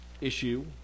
issue